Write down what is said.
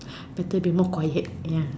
better be more quiet ya